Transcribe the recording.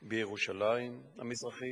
בירושלים המזרחית